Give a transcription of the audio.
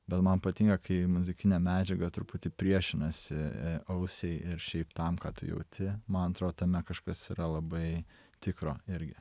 bet man patinka kai muzikinė medžiaga truputį priešinasi ausiai ir šiaip tam ką tu jauti man atrodo tame kažkas yra labai tikro irgi